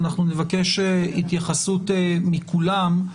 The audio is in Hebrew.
אנחנו נבקש התייחסות מכולם.